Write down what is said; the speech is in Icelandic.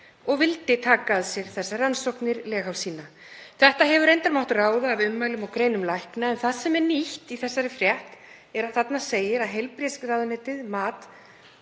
og vildi taka að sér þessar rannsóknir leghálssýna. Þetta hefur reyndar mátt ráða af ummælum og greinum lækna en það sem er nýtt í þessari frétt er að þarna segir að heilbrigðisráðuneytið hafi